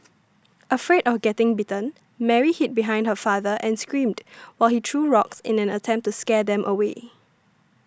afraid of getting bitten Mary hid behind her father and screamed while he threw rocks in an attempt to scare them away